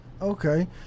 okay